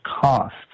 cost